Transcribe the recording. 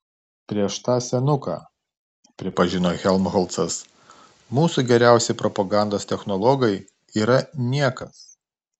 prieš tą senuką pripažino helmholcas mūsų geriausi propagandos technologai yra niekas